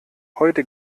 heute